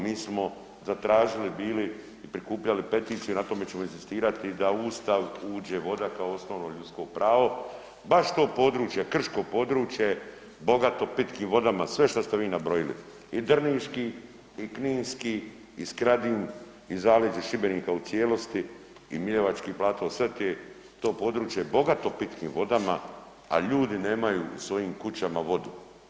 Mi smo zatražili bili i prikupljali peticiju, na tome ćemo inzistirati da u Ustav uđe voda kao osnovno ljudsko pravo, baš to područje Krško područje bogato pitkim vodama, sve što ste vi nabrojili i drniški i kninski i Skradin i zaleđe Šibenika u cijelosti i Miljevački plato sve je to područje bogato pitkim vodama, a ljudi nemaju u svojim kućama vodu.